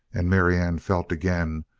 and marianne felt again,